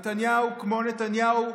נתניהו, כמו נתניהו,